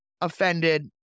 offended